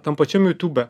tam pačiam jutūbe